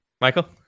Michael